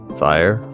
fire